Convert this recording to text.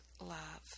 love